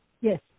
Yes